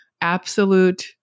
absolute